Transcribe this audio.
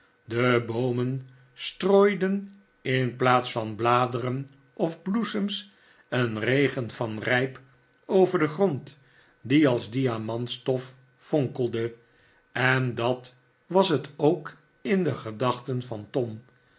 de boomen strooiden in plaats van bladeren of bloesems een regen van rijp over den grond die als diamantstof fonkelde en dat was het ook in de gedachten van tom